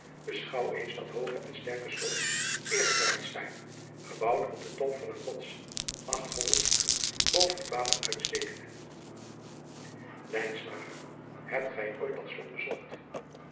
eschouw eens dat hooge en sterke lot hrenbreitstein gebouwd op den top van een rots achthonderd voeten boven het water uitstekende ebt gij ooit dat lot bezocht